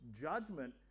judgment